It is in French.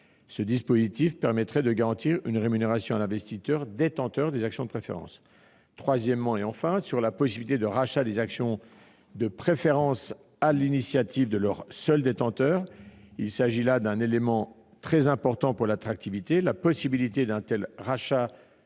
Ce dispositif permettrait de garantir une rémunération à l'investisseur détenteur des actions de préférence. S'agissant, troisièmement, et enfin, de la possibilité de rachat des actions de préférence sur l'initiative de leur seul détenteur, c'est là un élément très important pour l'attractivité. La possibilité d'un tel rachat